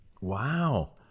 Wow